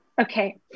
Okay